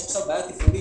יש עכשיו בעיה תפעולית,